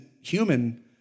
human